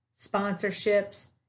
sponsorships